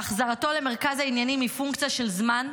והחזרתו למרכז העניינים היא פונקציה של זמן,